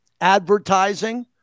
advertising